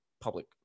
public